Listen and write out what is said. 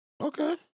Okay